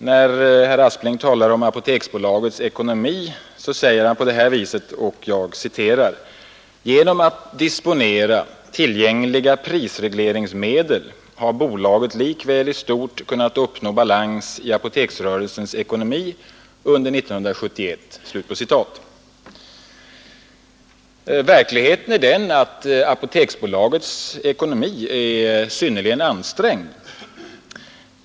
När herr Aspling talar om Apoteksbolagets ekonomi säger han: ”Genom att disponera tillgängliga prisregleringsmedel har bolaget likväl i stort sett kunnat uppnå balans i apoteksrörelsens ekonomi under år 1974.2 Verkligheten är den att Apoteksbolagets ekonomi är synnerligen ansträngd.